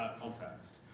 context.